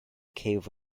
cave